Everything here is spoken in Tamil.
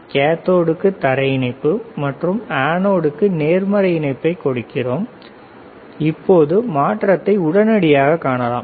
கேத்தோடுக்கு தரை இணைப்பு மற்றும் அனோடிற்கு நேர்மறை இணைப்பை கொடுக்கிறோம் இப்போது மாற்றத்தை உடனடியாகக் காணலாம்